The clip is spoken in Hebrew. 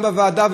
גם בוועדה,